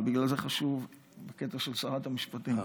ובגלל זה חשוב הקטע של שרת המשפטים.